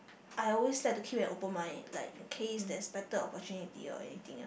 I always like to keep an open mind like in case there's better opportunity or anything